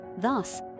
thus